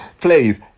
Please